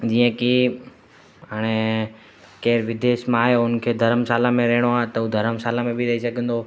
जीअं की हाणे केरु विदेश मां आहियो उन खे धरमशाला में रहणो आहे त हू धरमशाला में बि रही सघंदो